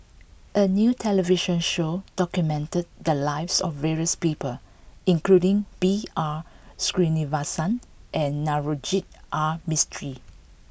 a new television show documented the lives of various people including B R Sreenivasan and Navroji R Mistri